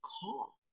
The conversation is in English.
call